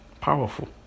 powerful